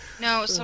No